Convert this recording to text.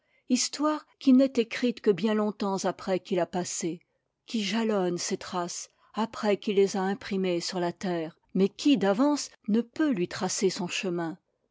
histoire qui n'est écrite que bien long-temps après qu'il a passé qui jalonne ses traces après qu'il les a imprimées sur la terre mais qui d'avance ne peut lui tracer son chemin